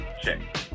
Check